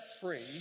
free